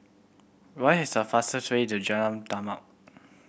what is the fastest way to Jalan Taman